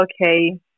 okay